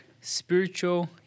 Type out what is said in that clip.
spiritual